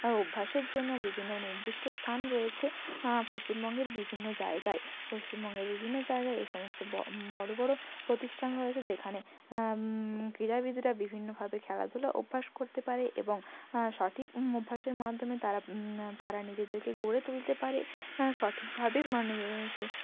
অভ্যাসের জন্য বিভিন্ন নির্দিষ্ট স্থান রয়েছে পশ্চিমবঙ্গের বিভিন্ন জায়গায় পশ্চিমবঙ্গের বিভিন্ন জায়গায় এই সমস্ত বড়ো বড়ো প্রতিষ্ঠান রয়েছে যেখানে ক্ৰীড়াবিদরা বিভিন্নভাবে খেলাধুলা অভ্যাস করতে পারে এবং সঠিক অভ্যাসের মাধ্যমে তারা তারা নিজেদেরকে গড়ে তুলতে পারে সঠিকভাবে মানে নিজেদের সেই